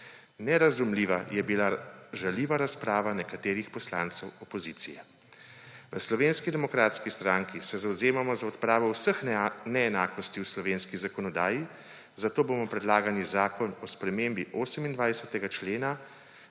Nerazumljiva je bila žaljiva razprava nekaterih poslancev opozicije. V Slovenski demokratski stranki se zavzemamo za odpravo vseh neenakosti v slovenski zakonodaji, zato bomo predlagani zakon o spremembi 28. člena